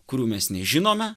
kurių mes nežinome